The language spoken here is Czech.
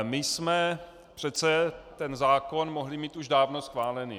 My jsme přece ten zákon mohli mít už dávno schválený.